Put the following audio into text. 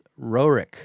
Rorik